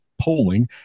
polling